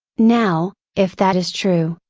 now, if that is true,